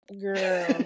Girl